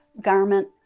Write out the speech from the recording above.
garment